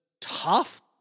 tough